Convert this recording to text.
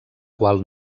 qual